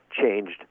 changed